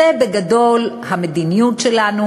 זו בגדול המדיניות שלנו,